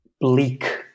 bleak